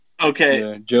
Okay